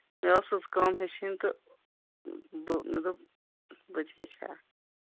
مےٚ ٲس سٕژ کٲم ہیٚچھِنۍ تہٕ مےٚ دوٚپ بہٕ تہِ ہیٚچھِ ہَہ